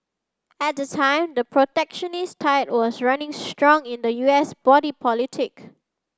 at the time the protectionist tide was running strong in the U S body politic